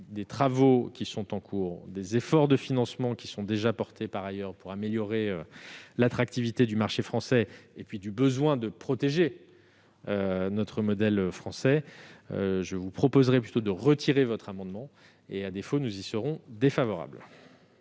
des travaux qui sont en cours, des efforts de financement qui sont déjà réalisés par ailleurs pour améliorer l'attractivité du marché national et du besoin de protéger notre modèle français, je vous suggère donc de bien vouloir retirer votre amendement. À défaut, nous y serions défavorables.